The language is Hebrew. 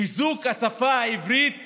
חיזוק השפה העברית